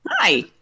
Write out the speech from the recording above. hi